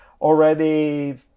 already